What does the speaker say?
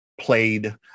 Played